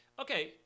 okay